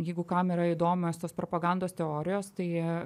jeigu kam yra įdomios tos propagandos teorijos tai